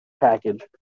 package